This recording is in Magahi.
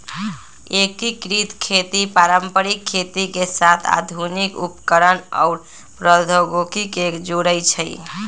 एकीकृत खेती पारंपरिक खेती के साथ आधुनिक उपकरणअउर प्रौधोगोकी के जोरई छई